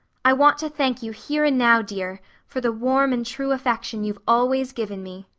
i want to thank you here and now, dear, for the warm and true affection you've always given me.